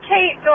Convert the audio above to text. Kate